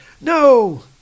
No